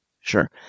Sure